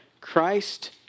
Christ